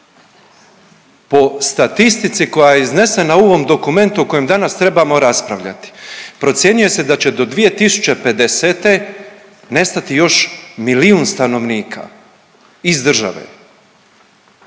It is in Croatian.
Po statistici koja je iznesena u ovom dokumentu o kojem danas trebamo raspravljati, procjenjuje se da će do 2050. nestati još milijun stanovnika iz države.